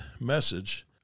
message